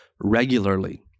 regularly